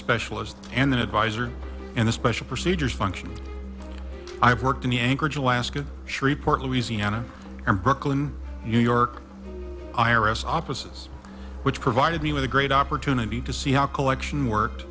specialist and an advisor and a special procedures function i have worked in anchorage alaska shreveport louisiana and brooklyn new york i r s offices which provided me with a great opportunity to see how collection worked